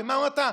ומה אמרת?